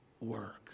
Work